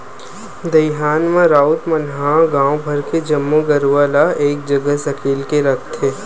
दईहान म राउत मन ह गांव भर के जम्मो गरूवा ल एक जगह सकेल के रखथे